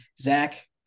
Zach